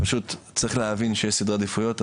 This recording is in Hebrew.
פשוט צריך להבין שיש סדרי עדיפויות.